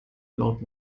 laut